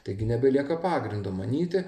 taigi nebelieka pagrindo manyti